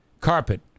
carpet